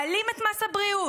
מעלים את מס הבריאות,